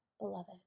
beloved